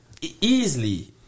Easily